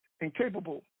incapable